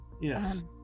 yes